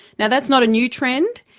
now that's not a new trend.